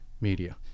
media